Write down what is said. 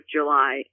July